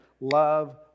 Love